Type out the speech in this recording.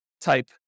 type